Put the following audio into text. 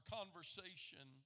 conversation